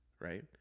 right